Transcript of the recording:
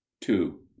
two